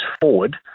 forward